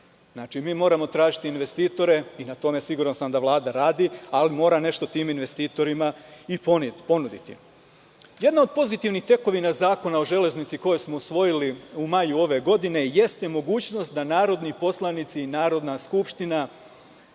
Znači, mi moramo tražiti investitore i na tome, siguran sam da Vlada radi, ali mora nešto tim investitorima i ponuditi. Jedna od pozitivnih tekovina zakona o „Železnici“ koje smo usvojili u maju ove godine jeste mogućnost da narodni poslanici i Narodna skupština